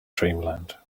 dreamland